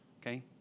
Okay